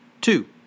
Two